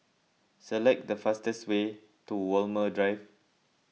select the fastest way to Walmer Drive